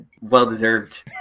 well-deserved